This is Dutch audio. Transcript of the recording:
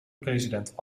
president